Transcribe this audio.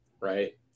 Right